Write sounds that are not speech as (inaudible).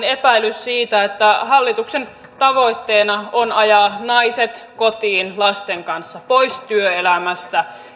(unintelligible) epäilys siitä että hallituksen tavoitteena on ajaa naiset kotiin lasten kanssa pois työelämästä